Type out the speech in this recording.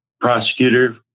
prosecutor